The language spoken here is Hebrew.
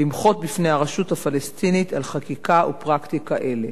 למחות בפני הרשות הפלסטינית על חקיקה ופרקטיקה אלה.